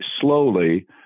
slowly